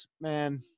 man